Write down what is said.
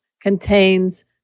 contains